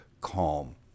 calm